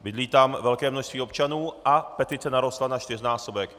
Bydlí tam velké množství občanů a petice narostla na čtyřnásobek.